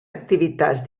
activitats